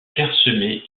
clairsemées